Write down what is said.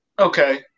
okay